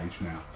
now